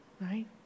right